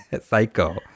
*Psycho*